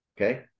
Okay